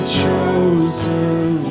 chosen